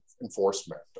enforcement